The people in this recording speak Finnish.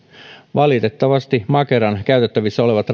valitettavasti makeran käytettävissä olevat